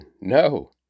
No